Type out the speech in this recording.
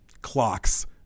clocks